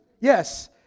Yes